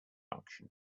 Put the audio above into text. function